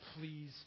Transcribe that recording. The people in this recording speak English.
please